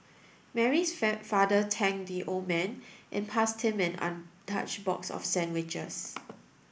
Mary's father thanked the old man and passed him an untouched box of sandwiches